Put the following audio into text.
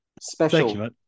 special